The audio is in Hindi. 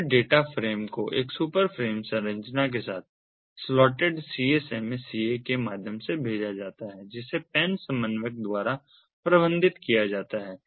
फिर डेटा फ्रेम को एक सुपर फ्रेम संरचना के साथ स्लॉटेड CSMA CA के माध्यम से भेजा जाता है जिसे PAN समन्वयक द्वारा प्रबंधित किया जाता है